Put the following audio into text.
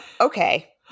Okay